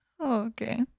Okay